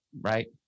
right